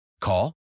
Call